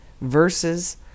verses